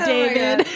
David